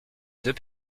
deux